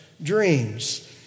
Dreams